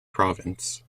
provence